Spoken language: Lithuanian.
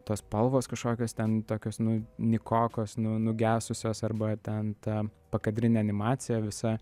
tos spalvos kažkokios ten tokios nu nykokos nu nugesusios arba ten ta pakadrinė animacija visa